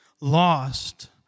lost